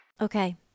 Okay